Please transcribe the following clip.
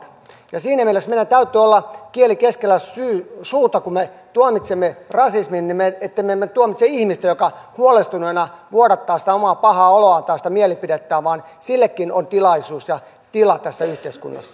ja siinä mielessä meidän täytyy olla kieli keskellä suuta kun me tuomitsemme rasismin ettemme me tuomitse ihmistä joka huolestuneena vuodattaa sitä omaa pahaa oloaan tai sitä mielipidettään vaan sillekin on tilaisuus ja tila tässä yhteiskunnassa